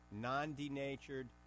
non-denatured